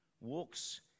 walks